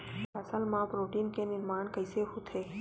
फसल मा प्रोटीन के निर्माण कइसे होथे?